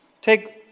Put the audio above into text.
take